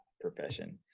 profession